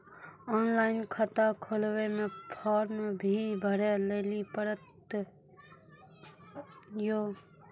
Online खाता खोलवे मे फोर्म भी भरे लेली पड़त यो?